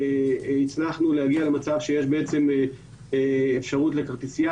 הצלחנו להגיע למצב שיש אפשרות לכרטיסייה